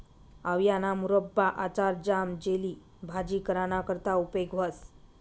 आवयाना मुरब्बा, आचार, ज्याम, जेली, भाजी कराना करता उपेग व्हस